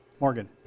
Morgan